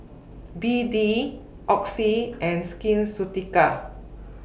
B D Oxy and Skin Ceuticals